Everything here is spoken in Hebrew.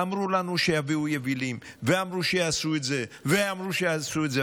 אמרו לנו שיביאו יבילים ואמרו שיעשו את זה ואמרו שיעשו את זה.